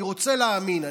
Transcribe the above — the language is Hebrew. אני רוצה להאמין.